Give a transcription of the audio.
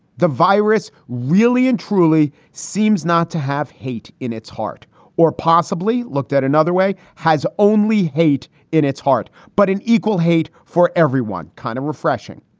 the virus really and truly seems not to have hate in its heart or possibly looked at another way, has only hate in its heart, but an equal hate for everyone. kind of refreshing.